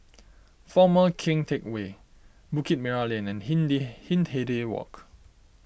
Former Keng Teck Whay Bukit Merah Lane and Hindi Hindhede Walk